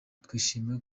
twishimiye